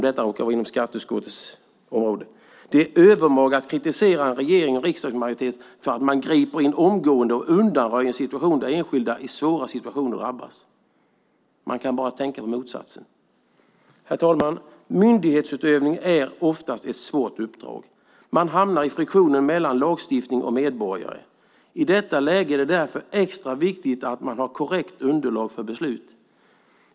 Det är övermaga att kritisera en regering och en riksdagsmajoritet för att de griper in och omgående undanröjer en situation där enskilda personer i svåra situationer drabbas. Man kan bara tänka på motsatsen. Herr talman! Myndighetsutövning är oftast ett svårt uppdrag. Man hamnar i friktionen mellan lagstiftning och medborgare. I detta läge är det därför extra viktigt att man har korrekt underlag för beslut.